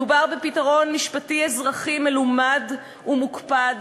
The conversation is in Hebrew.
מדובר בפתרון משפטי אזרחי מלומד ומוקפד,